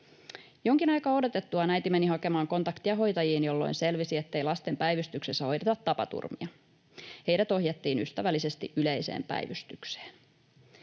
Jonkin aikaa odotettuaan äiti meni hakemaan kontaktia hoitajiin, jolloin selvisi, ettei lasten päivystyksessä hoideta tapaturmia. Heidät ohjattiin ystävällisesti yleiseen päivystykseen.